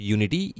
Unity